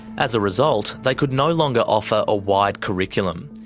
as a result, they could no longer offer a wide curriculum.